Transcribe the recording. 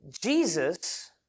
Jesus